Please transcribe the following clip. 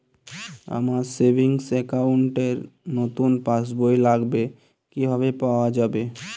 আমার savings account র নতুন পাসবই লাগবে, কিভাবে পাওয়া যাবে?